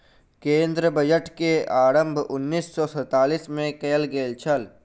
केंद्रीय बजट के आरम्भ उन्नैस सौ सैंतालीस मे कयल गेल छल